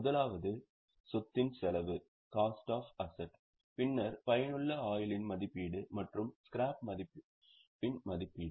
முதலாவது சொத்தின் செலவு பின்னர் பயனுள்ள ஆயுளின் மதிப்பீடு மற்றும் ஸ்கிராப் மதிப்பின் மதிப்பீடு